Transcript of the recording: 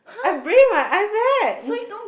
I bring my iPad